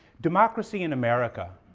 democracy in america,